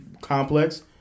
complex